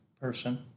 person